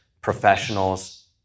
professionals